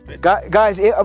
Guys